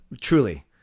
truly